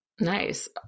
Nice